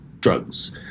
drugs